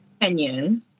opinion